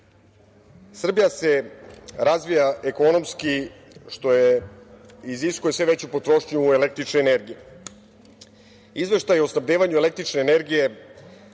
gas. Srbija se razvija ekonomski, što iziskuje sve veću potrošnju električne energije. Izveštaj o snabdevanju električne energije